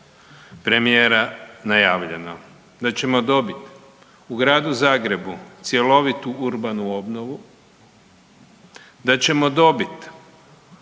premijera najavljeno. Da ćemo dobiti u Gradu Zagrebu cjelovitu urbanu obnovu, da ćemo dobiti